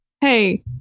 hey